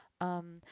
Um